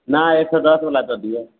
नहि एक सए दश बला दऽ दियौ